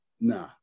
nah